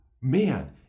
man